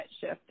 shift